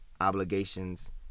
obligations